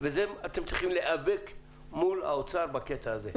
ואתם צריכים להיאבק מול האוצר בקטע הזה.